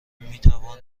میتوان